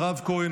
מירב כהן,